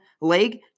leg